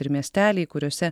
ir miesteliai kuriuose